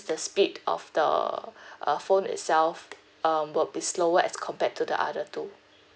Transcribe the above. the speed of the uh phone itself um would be slower as compared to the other two